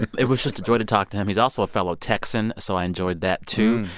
it was just a joy to talk to him. he's also a fellow texan, so i enjoyed that, too.